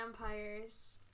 vampires